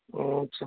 اور سب